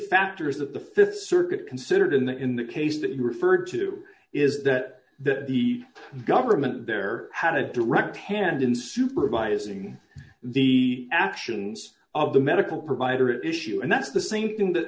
factors of the th circuit considered in the in the case that you referred to is that the government there had a direct hand in supervising the actions of the medical provider issue and that's the same thing th